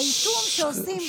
האיטום שעושים,